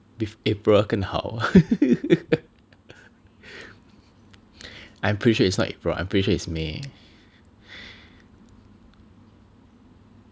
bef~ April 更好 I am pretty sure it's not April I am pretty sure it's May